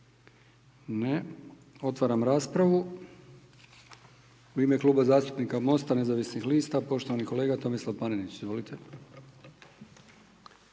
Ne. Otvaram raspravu. U ime Kluba zastupnika Mosta nezavisnih lista poštovani kolega Tomislav Panenić. Izvolite.